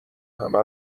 همه